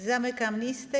Zamykam listę.